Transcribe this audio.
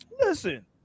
Listen